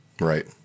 Right